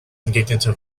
entgegnete